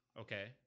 Okay